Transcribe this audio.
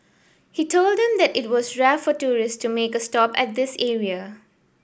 he told them that it was rare for tourist to make a stop at this area